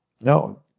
no